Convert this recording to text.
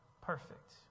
Perfect